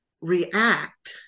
react